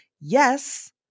Yes